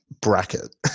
bracket